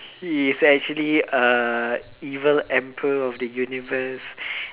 he's actually a evil emperor of the universe